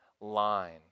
line